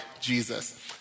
Jesus